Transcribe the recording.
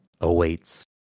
awaits